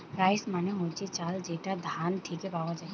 rice মানে হচ্ছে চাল যেটা ধান থিকে পাওয়া যায়